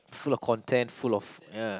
full of content full of ya